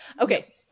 Okay